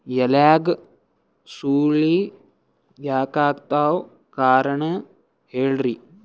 ಎಲ್ಯಾಗ ಸುಳಿ ಯಾಕಾತ್ತಾವ ಕಾರಣ ಹೇಳ್ರಿ?